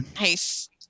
Nice